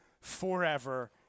forever